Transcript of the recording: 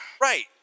Right